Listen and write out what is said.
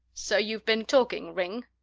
so you've been talking, ringg?